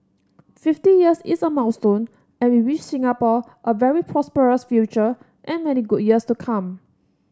fifty years is a milestone and we wish Singapore a very prosperous future and many good years to come